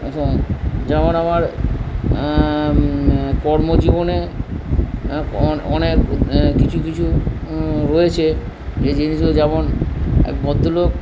যেমন আমার কর্মজীবনে অনেক কিছু কিছু রয়েছে যে জিনিসগুলো যেমন এক ভদ্রলোক